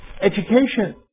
education